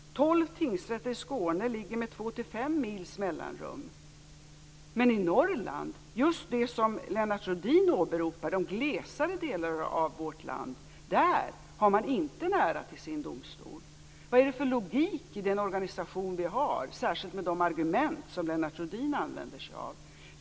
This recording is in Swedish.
Tolv tingsrätter i Skåne ligger med två till fem mils mellanrum. Men i Norrland, just det län som Lennart Rohdin åberopar och som är den mer glesbebyggda delen av vårt land, har man inte nära till sin domstol. Vad är det för logik i den organisation vi har och särskilt de argument som Lennart Rohdin använder sig av?